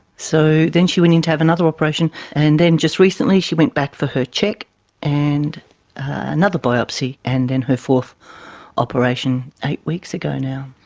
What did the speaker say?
so then she went into have another operation. and then just recently she went back for her check and another biopsy, and then and her fourth operation eight weeks ago now.